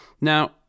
Now